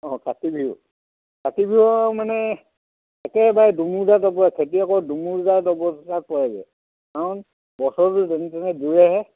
অঁ কাতি বিহু কাতি বিহু মানে একেবাৰে দুমুজা দব খেতিয়কৰ দুমুজা দবজাত পৰেগৈ কাৰণ বছৰটো যেনে তেনে গৈ আহে